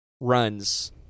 runs